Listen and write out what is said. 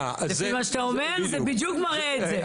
לפי מה שאתה אומר, זה בדיוק מראה את זה.